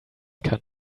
kann